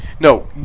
No